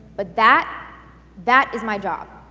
but that that is my job.